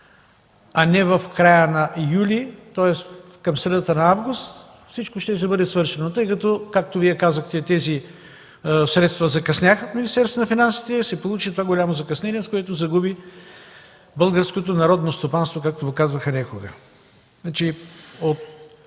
а не в края на юли, тоест към средата на август, всичко щеше да бъде свършено. Но тъй като, както Вие казахте, тези средства закъсняха в Министерството на финансите, се получи това голямо закъснение, с което загуби българското народно стопанство, както го казваха някога.